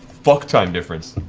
fuck time difference.